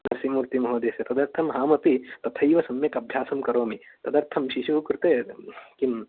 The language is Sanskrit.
नरसिंहमूर्तिमहोदयस्य तदर्थम् अहमपि तथैव सम्यक् अभ्यासं करोमि तदर्थं शिशुः कृते किम्